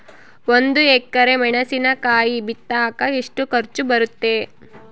ಒಂದು ಎಕರೆ ಮೆಣಸಿನಕಾಯಿ ಬಿತ್ತಾಕ ಎಷ್ಟು ಖರ್ಚು ಬರುತ್ತೆ?